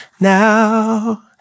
now